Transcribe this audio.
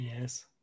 Yes